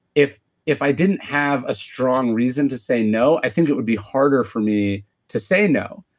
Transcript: if if i didn't have a strong reason to say no, i think it would be harder for me to say no.